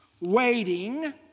waiting